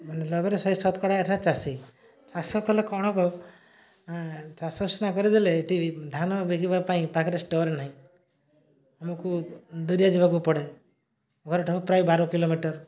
ମାନେ ଲଗରେ ଶହେ ସତକଡ଼ା ଏଠାରେ ଚାଷୀ ଚାଷ କଲେ କ'ଣ ହବ ଚାଷ ସିନା କରିଦେଲେ ଏଠି ଧାନ ବିକିବା ପାଇଁ ପାଖରେ ଷ୍ଟୋର ନାହିଁ ଆମକୁ ଦୁରିଆ ଯିବାକୁ ପଡ଼େ ଘର ଠାରୁ ପ୍ରାୟ ବାର କିଲୋମିଟର